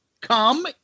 Come